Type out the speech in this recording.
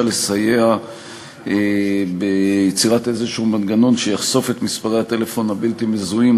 לסייע ביצירת איזה מנגנון שיחשוף את מספרי הטלפון הבלתי-מזוהים,